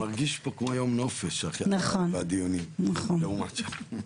אני מרגיש פה כמו היום נופש בדיונים לעומת שם.